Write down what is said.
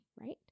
right